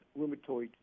rheumatoid